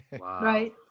right